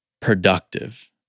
productive